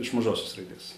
iš mažosios raidės